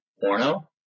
porno